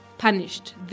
Punished